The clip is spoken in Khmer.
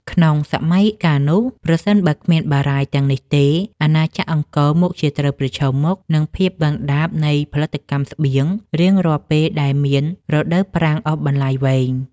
ក្នុងសម័យកាលនោះ ប្រសិនបើគ្មានបារាយណ៍ទាំងនេះទេ អាណាចក្រអង្គរមុខជាត្រូវប្រឈមមុខនឹងភាពដុនដាបនៃផលិតកម្មស្បៀងរៀងរាល់ពេលដែលមានរដូវប្រាំងអូសបន្លាយវែង។